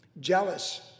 Jealous